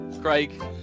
Craig